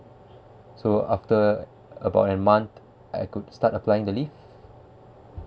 so after about a month I could start applying the leave